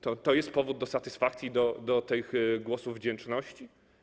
To jest powód do satysfakcji i do tych głosów wdzięczności?